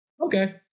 okay